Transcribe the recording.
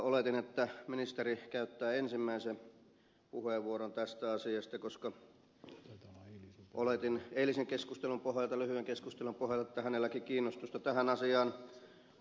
oletin että ministeri käyttää ensimmäisen puheenvuoron tästä asiasta koska oletin eilisen lyhyen keskustelun pohjalta että hänelläkin kiinnostusta tähän asiaan on